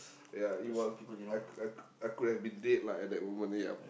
ya it was I I I could have been dead lah at that moment yup